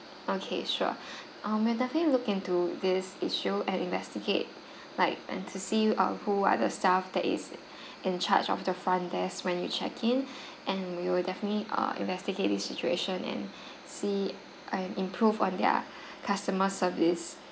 okay sure um we'll definitely look into this issue and investigate like and to see you uh who are the staff that is in charge of the front desk when you check in and we will definitely err investigate this situation and see and improve on their customer service